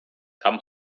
come